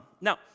Now